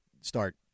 start